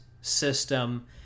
system